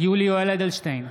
יולי יואל אדלשטיין,